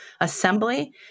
assembly